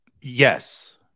Yes